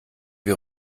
wir